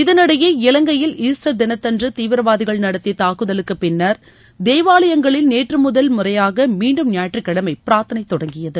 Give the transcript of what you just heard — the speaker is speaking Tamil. இதனிடையே இலங்கையில் ஈஸ்டர் தினத்தன்று தீவிரவாதிகள் நடத்திய தாக்குதலுக்குப் பின்னர் தேவாலங்களில் நேற்று முதல் முறையாக மீண்டும் ஞாயிற்றுக் கிழமை பிரார்த்தளை தொடங்கியது